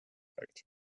projekt